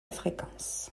fréquence